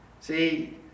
See